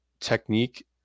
technique